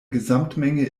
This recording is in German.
gesamtmenge